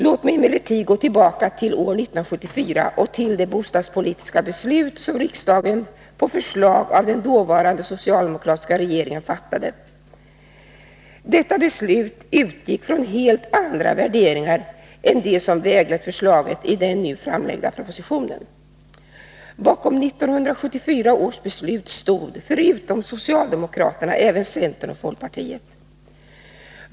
Låt mig emellertid gå tillbaka till år 1974 och till det bostadspolitiska beslut som riksdagen på förslag av den dåvarande socialdemokratiska regeringen ” fattade. Detta beslut utgick från helt andra värderingar än de som väglett förslaget i den nu framlagda propositionen. Bakom 1974 års beslut stod förutom socialdemokraterna även centern och folkpartiet.